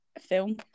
film